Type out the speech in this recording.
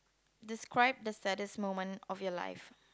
describe the saddest moment of your life